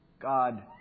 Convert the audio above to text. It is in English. God